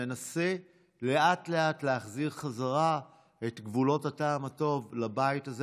ננסה לאט-לאט להחזיר בחזרה את גבולות הטעם הטוב לבית הזה.